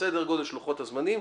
סדר גודל של לוחות הזמנים,